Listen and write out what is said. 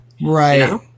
Right